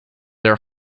are